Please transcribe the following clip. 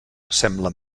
semblen